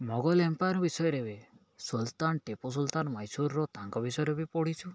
Mughal empire ବିଷୟରେ ବିବେ ସୁଲତାନ ଟେପୋ ସୁଲତାନ ମୈସୁରର ତାଙ୍କ ବିଷୟରେ ବି ପଢ଼ିଛୁ